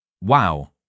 wow